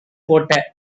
போட்ட